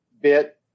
bit